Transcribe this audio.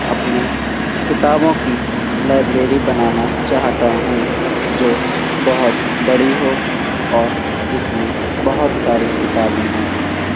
اپنی کتابوں کی لائبریری بنانا چاہتا ہوں جو بہت بڑی ہو اور جس میں بہت ساری کتابیں ہوں